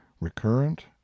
recurrent